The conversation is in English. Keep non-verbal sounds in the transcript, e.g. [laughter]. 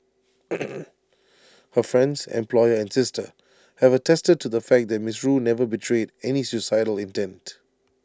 [noise] her friends employer and sister have attested to the fact that Ms rue never betrayed any suicidal intent